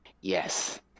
Yes